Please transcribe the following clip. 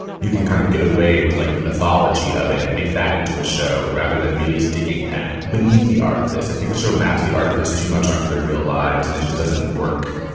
you can kind of get away with like the mythology of it and make that into a show rather than really digging at beneath the artifice. i think the show maps the artifice too much onto the real lives and it just doesn't work,